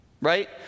right